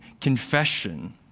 confession